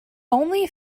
only